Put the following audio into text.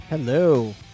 Hello